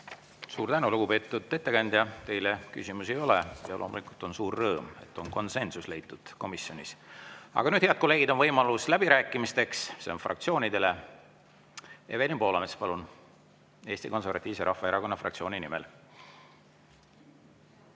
Suur tänu, lugupeetud ettekandja! Teile küsimusi ei ole. Loomulikult on suur rõõm, et on konsensus leitud komisjonis. Aga nüüd, head kolleegid, on võimalus läbirääkimisteks, see on fraktsioonidele. Evelin Poolamets, palun, Eesti Konservatiivse Rahvaerakonna fraktsiooni nimel.